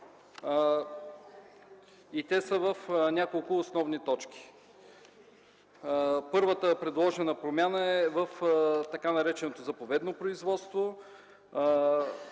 Те са в няколко основни точки. Първата предложена промяна е в така нареченото заповедно производство.